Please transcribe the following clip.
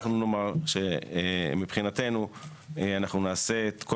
אנחנו נאמר שמבחינתנו אנחנו נעשה את כל